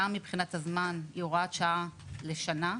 היא מצומצמת מבחינת הזמן, היא הוראת שעה לשנה,